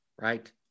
right